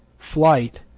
Flight